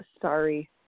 sorry